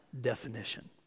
definition